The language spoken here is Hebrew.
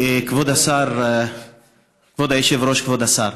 כבוד היושב-ראש, כבוד השר,